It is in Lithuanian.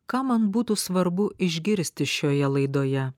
ką man būtų svarbu išgirsti šioje laidoje